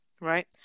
right